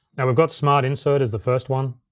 now we've got smart insert as the first one.